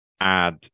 add